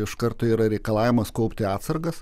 iš karto yra reikalavimas kaupti atsargas